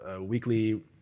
weekly